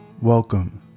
Welcome